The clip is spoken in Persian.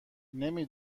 نمی